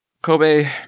Kobe